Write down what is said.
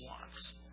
wants